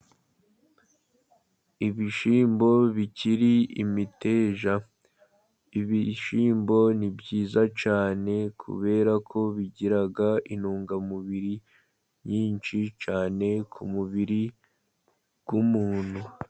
Ibishyimbo bikiri imiteja, ibishyimbo ni byiza cyane kubera ko bigira intungamubiri nyinshi cyane, ku mubiri w'umuntu.